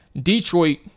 Detroit